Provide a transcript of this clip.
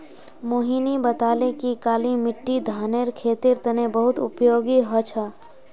मोहिनी बताले कि काली मिट्टी धानेर खेतीर तने बहुत उपयोगी ह छ